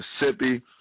Mississippi